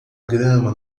grama